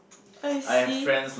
I see